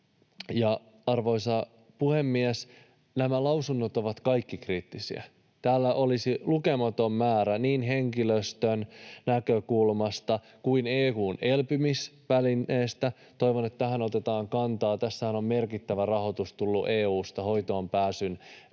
Arvoisa puhemies! Nämä lausunnot ovat kaikki kriittisiä. Täällä olisi lukematon määrä niin henkilöstön näkökulmasta kuin EU:n elpymisvälineestä — toivonkin, että tähän otetaan kantaa, sillä tässähän on merkittävä rahoitus tullut EU:sta. Eli hoitoonpääsyn lyhentämisen